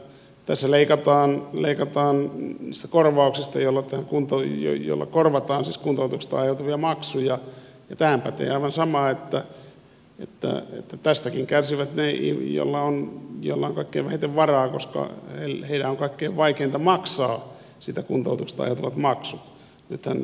no nyt tässä leikataan korvauksesta jolla korvataan kuntoutuksesta aiheutuvia maksuja ja tähän pätee aivan sama että tästäkin kärsivät ne joilla on kaikkein vähiten varaa koska heidän on kaikkein vaikeinta maksaa siitä kuntoutuksesta aiheutuvat maksut